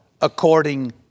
according